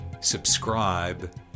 subscribe